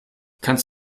kannst